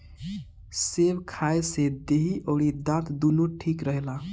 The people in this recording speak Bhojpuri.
सेब खाए से देहि अउरी दांत दूनो ठीक रहेला